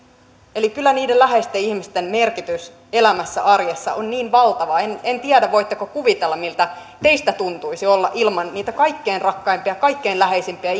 kyllä niiden läheisten ihmisten merkitys elämässä arjessa on niin valtava en en tiedä voitteko kuvitella miltä teistä tuntuisi olla ilman niitä kaikkein rakkaimpia kaikkein läheisimpiä